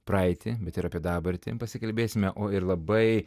praeitį bet ir apie dabartį pasikalbėsime o ir labai